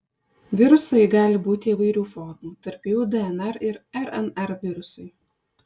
virusai gali būti įvairių formų tarp jų dnr ir rnr virusai